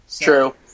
True